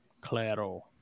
claro